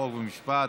חוק ומשפט.